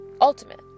Ultimate